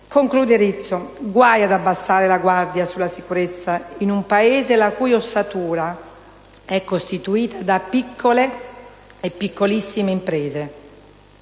Conclude Rizzo: «Guai ad abbassare la guardia sulla sicurezza in un Paese la cui ossatura è costituita da piccole e piccolissime imprese.